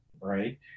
Right